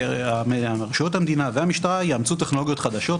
שרשויות המדינה והמשטרה יאמצו טכנולוגיות חדשות,